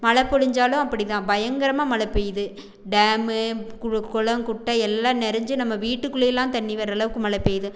மழை பொழிஞ்சாலும் அப்படித்தான் பயங்கரமாக மழை பேயுது டேமு குளம் குட்டை எல்லாம் நெறைஞ்சி நம்ம வீட்டுக்குள்ளேலாம் தண்ணிவர அளவுக்கெலாம் மழை பெய்யுது